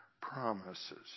promises